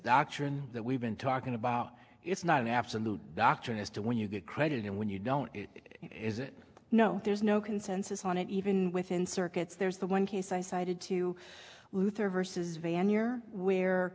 doctrine that we've been talking about it's not an absolute doctrine as to when you get credit and when you don't is it no there's no consensus on it even within circuits there's the one case i cited to you luther versus van year where